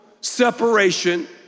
separation